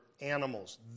animals